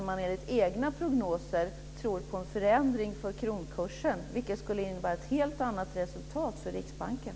I sina egna prognoser tror man på en förändring av kronkursen. Det skulle innebära ett helt annat resultat för Riksbanken.